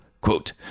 quote